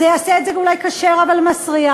זה יעשה את זה אולי כשר, אבל מסריח.